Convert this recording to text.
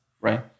right